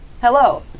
Hello